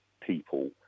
people